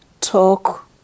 talk